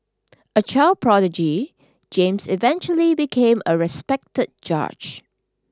a child prodigy James eventually became a respected judge